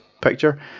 picture